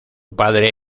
padre